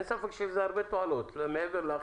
אין ספק שיש לזה הרבה תועלות, מעבר לאכיפה.